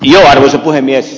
arvoisa puhemies